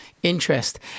interest